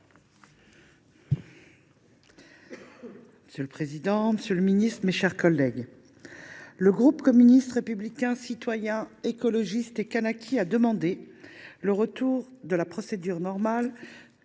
Monsieur le président, monsieur le ministre, mes chers collègues, le groupe Communiste Républicain Citoyen et Écologiste – Kanaky a demandé le retour à la procédure normale